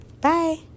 Bye